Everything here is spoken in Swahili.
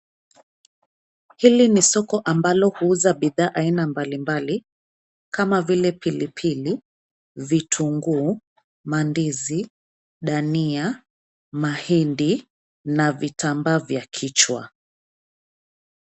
Hili ni soko ambalo huuza bidhaa aina mbalimbali kama vile pilipili, vitunguu, mandizi, dhania, mahindi na vitambaa vya kichwa.